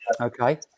okay